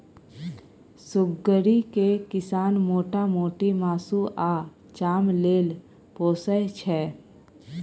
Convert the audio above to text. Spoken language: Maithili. सुग्गरि केँ किसान मोटा मोटी मासु आ चाम लेल पोसय छै